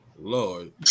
lord